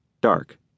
dark